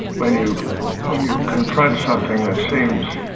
when you when you confront something that seems